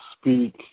speak